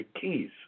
keys